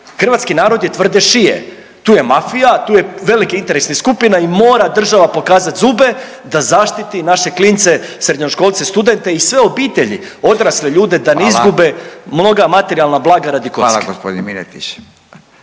Hrvatski narod je tvrde šije. Tu je mafija. Tu je velikih interesnih skupina i mora država pokazati zube da zaštiti naše klince srednjoškolce, studente i sve obitelji, odrasle ljude … …/Upadica Radin: Hvala./… … da ne izgube mnoga materijalna blaga radi kocke. **Radin, Furio